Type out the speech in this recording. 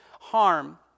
harm